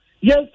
Yes